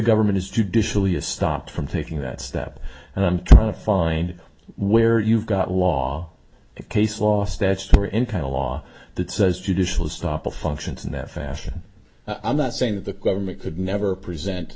government is judicially is stopped from taking that step and i'm trying to find where you've got law case law statutory in kind a law that says judicial stop of functions in that fashion i'm not saying that the government could never present